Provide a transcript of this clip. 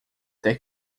até